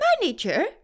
manager